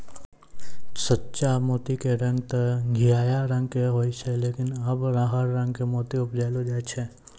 सच्चा मोती के रंग तॅ घीयाहा रंग के होय छै लेकिन आबॅ हर रंग के मोती उपजैलो जाय छै